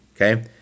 okay